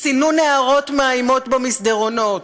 סינון הערות מאיימות במסדרונות.